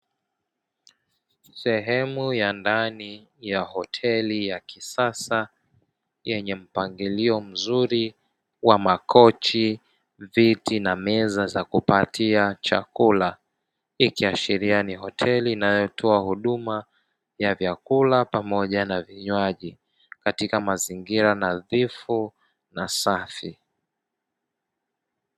Sehemu ya ndani ya hoteli ya kisasa yenye mpangilio mzuri wa makochi, viti na meza za kupatia chakula. Ikiashiria ni hoteli inayotoa huduma ya vyakula pamoja na vinywaji katika mazingira nadhifu na safi.